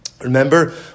Remember